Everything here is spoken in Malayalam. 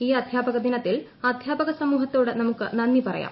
ഈ അദ്ധ്യാപക ദിനത്തിൽ അദ്ധ്യാപക സമൂഹത്തോട് നമുക്ക് നന്ദി പറയാം